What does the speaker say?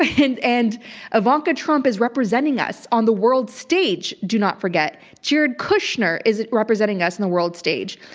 ah and and ivanka trump is representing us on the world stage, do not forget. jared kushner is it representing us on the world stage.